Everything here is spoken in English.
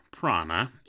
Prana